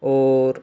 और